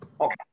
Okay